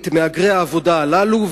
את מהגרי העבודה הללו,